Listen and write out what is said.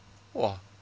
!wah!